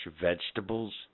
vegetables